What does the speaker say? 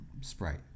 sprite